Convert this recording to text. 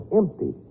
empty